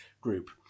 group